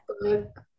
book